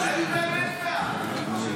אולי הוא באמת בעד.